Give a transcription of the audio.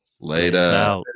Later